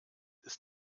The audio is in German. ist